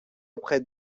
auprès